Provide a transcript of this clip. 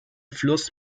fluss